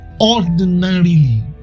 ordinarily